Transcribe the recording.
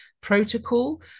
protocol